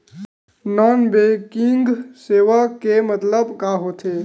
Non banking सेवा के मतलब का होथे?